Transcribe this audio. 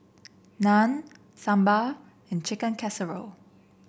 Naan Sambar and Chicken Casserole